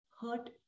hurt